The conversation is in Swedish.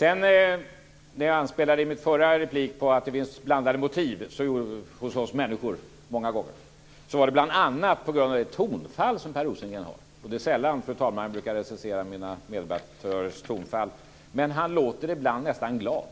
I min förra replik anspelade jag på att det finns blandade motiv hos oss människor. Det gjorde jag bl.a. på grund av det tonfall som Per Rosengren har. Det är sällan, fru talman, som jag recenserar mina meddebattörers tonfall. Men han låter ibland nästan glad,